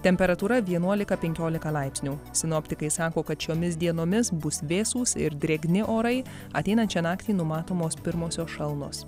temperatūra vienuolika penkiolika laipsnių sinoptikai sako kad šiomis dienomis bus vėsūs ir drėgni orai ateinančią naktį numatomos pirmosios šalnos